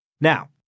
Now